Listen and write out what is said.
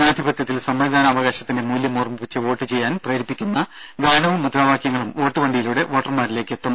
ജനാധിപത്യത്തിൽ സമ്മതിദാനാവകാശത്തിന്റെ മൂല്യം ഓർമ്മിപ്പിച്ച് വോട്ട് ചെയ്യാൻ പ്രേരിപ്പിക്കുന്ന ഗാനവും മുദ്രാവാക്യങ്ങളും വോട്ട് വണ്ടിയിലൂടെ വോട്ടർമാരിലേക്ക് എത്തും